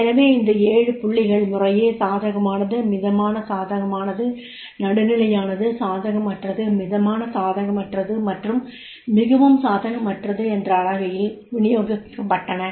எனவே இந்த 7 புள்ளிகள் முறையே சாதகமானது மிதமான சாதகமானது நடுநிலையானது சாதகமற்றது மிதமான சாதகமற்றது மற்றும் மிகவும் சாதகமற்றது என்ற அளவையில் விநியோகிக்கப்பட்டன